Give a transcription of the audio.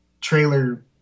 trailer